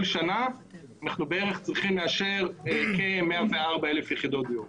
כל שנה אנחנו צריכים לאשר בערך כ-104,000 יחידות דיור.